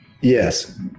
Yes